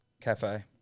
Cafe